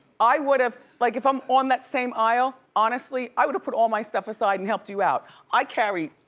i would have, like if i'm on that same aisle, honestly i would have put all my stuff aside and helped you out. i carry,